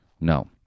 No